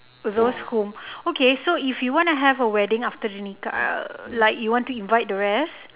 for those who okay so if you want to have a wedding after nikah err like if you want to invite the rest